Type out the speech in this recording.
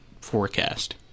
forecast